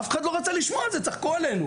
אף אחד לא רצה לשמוע על זה, צחקו עלינו.